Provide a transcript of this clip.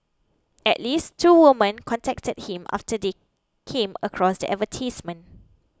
at least two women contacted him after they came across the advertisements